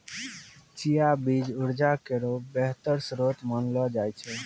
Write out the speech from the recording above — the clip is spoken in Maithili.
चिया बीज उर्जा केरो बेहतर श्रोत मानलो जाय छै